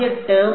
രണ്ടാം ടേം